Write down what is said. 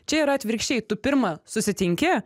čia yra atvirkščiai tu pirma susitinki